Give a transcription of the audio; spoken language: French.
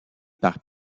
par